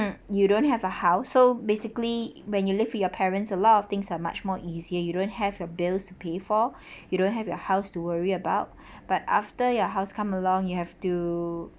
mm you don't have a house so basically when you live with your parents a lot of things are much more easier you don't have your bills to pay for you don't have your house to worry about but after your house come along you have to